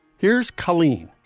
here's carlene